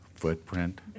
Footprint